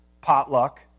potluck